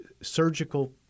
surgical